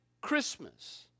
Christmas